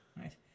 right